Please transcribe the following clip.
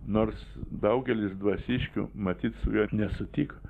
nors daugelis dvasiškių matyt su juo nesutik